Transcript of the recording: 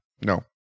no